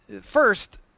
first